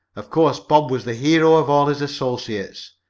of course bob was the hero, of all his associates,